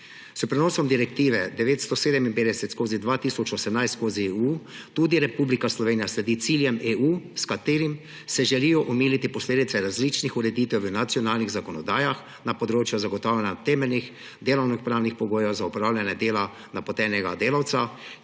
S prenosom Direktive 2018/957/EU tudi Republika Slovenija sledi ciljem EU, s katerimi se želijo omiliti posledice različnih ureditev v nacionalnih zakonodajah na področju zagotavljanja temeljnih delovnopravnih pogojev za opravljanje dela napotenega delavca,